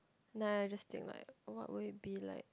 then I just think like what would it be like